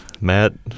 Matt